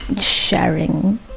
sharing